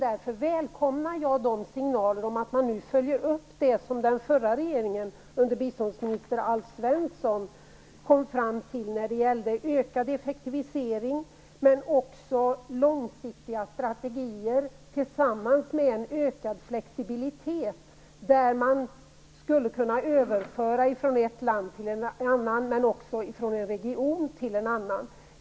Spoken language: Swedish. Därför välkomnar jag signalerna om att man nu följer upp det som den förra regeringen under biståndsminister Alf Svensson kom fram till när det gällde ökad effektivisering men också långsiktiga strategier tillsammans med en ökad flexibilitet, så att man skulle kunna överföra medel från ett land till ett annat men också från en region till en annan.